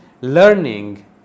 learning